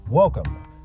Welcome